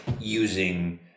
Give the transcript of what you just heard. using